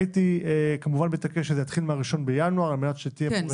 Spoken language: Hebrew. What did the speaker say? הייתי כמובן מתעקש שזה יתחיל מה-1 בינואר על מנת שתהיה פה רציפות.